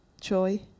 joy